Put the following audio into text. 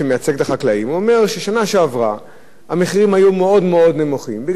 הוא אומר: בשנה שעברה המחירים היו מאוד נמוכים מפני שהיה היצף